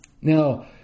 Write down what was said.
Now